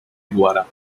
guevara